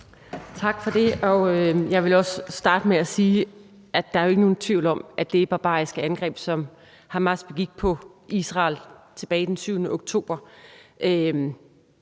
Tak for det. Jeg vil også starte med at sige, at der jo ikke er nogen tvivl om, at det barbariske angreb, som Hamas begik på Israel tilbage den 7. oktober,